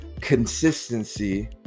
consistency